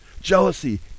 jealousy